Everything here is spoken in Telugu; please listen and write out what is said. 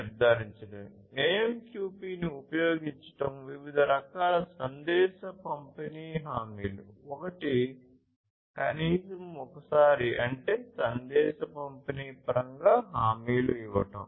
AMQP ని ఉపయోగించి వివిధ రకాల సందేశ పంపిణీ హామీలు ఒకటి కనీసం ఒకసారి అంటే సందేశ పంపిణీ పరంగా హామీలు ఇవ్వడం